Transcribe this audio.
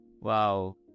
wow